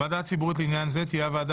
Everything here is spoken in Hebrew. הוועדה הציבורית לעניין זה תהיה הוועדה